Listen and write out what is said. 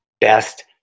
best